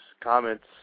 comments